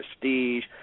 Prestige